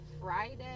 Friday